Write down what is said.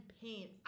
pain